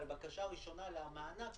אבל בקשה ראשונה למענק